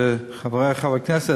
חברי חברי הכנסת,